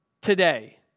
today